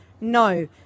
no